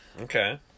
Okay